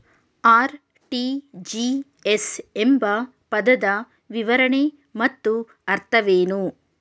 RTGS ಎಂಬ ಪದದ ವಿವರಣೆ ಮತ್ತು ಅರ್ಥವೇನು?